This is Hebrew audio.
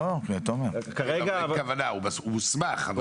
הוא הוסמך.